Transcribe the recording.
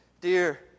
Dear